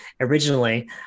originally